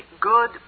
good